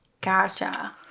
Gotcha